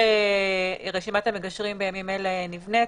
רשימת המגשרים בימים אלה נבנית.